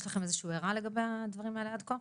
יש לכם הערה על הדברים האלה עד כה?